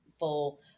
full